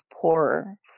poorer